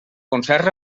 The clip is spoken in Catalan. concerts